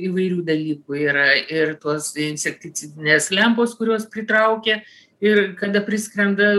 įvairių dalykų yra ir tos insekticidinės lempos kurios pritraukia ir kada priskrenda